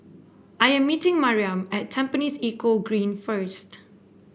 I am meeting Maryam at Tampines Eco Green first